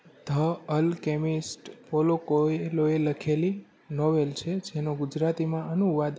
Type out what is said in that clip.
the alchemist Paulo કોયલોએ લખેલી novel છે જેનો ગુજરાતીમાં અનુવાદ